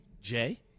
Jay